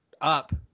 up